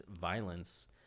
violence